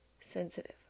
sensitive